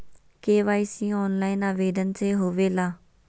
KYC online आवेदन से होवे ला?